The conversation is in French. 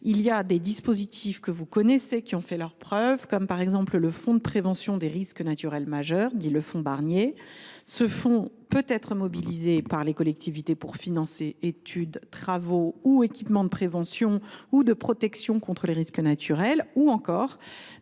travers des dispositifs qui ont fait leurs preuves, tels que le fonds de prévention des risques naturels majeurs, dit fonds Barnier, qui peut être mobilisé par les collectivités pour financer études, travaux ou équipements de prévention ou de protection contre les risques naturels, ou encore